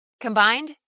Combined